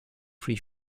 free